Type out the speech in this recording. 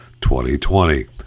2020